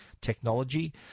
technology